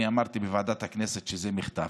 אני אמרתי בוועדת הכנסת שזה מחטף.